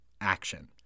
Action